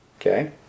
Okay